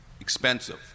Expensive